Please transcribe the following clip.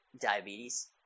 diabetes